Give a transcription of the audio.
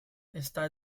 está